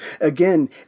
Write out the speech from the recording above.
Again